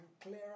clearer